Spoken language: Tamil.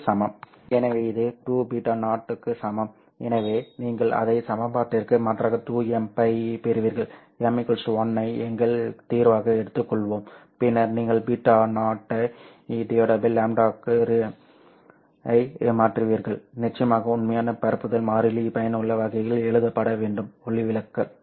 எனவே இது 2β0 க்கு சமம் எனவே நீங்கள் அதை சமன்பாட்டிற்கு மாற்றாக 2mл பெறுவீர்கள் m 1 ஐ எங்கள் தீர்வாக எடுத்துக்கொள்வோம் பின்னர் நீங்கள் β0 λ ஐ மாற்றுவீர்கள் நிச்சயமாக உண்மையான பரப்புதல் மாறிலி பயனுள்ள வகையில் எழுதப்பட வேண்டும் ஒளிவிலகல்